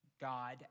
God